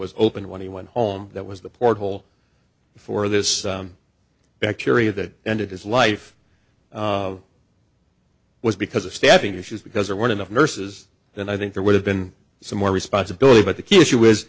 was open when he went home that was the porthole for this bacteria that ended his life was because of staffing issues because there weren't enough nurses and i think there would have been some more responsibility but the key issue is